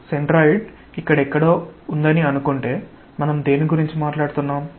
centroid ఇక్కడ ఎక్కడో ఉందని అనుకుంటే మనం దేని గురించి మాట్లాడుతున్నాం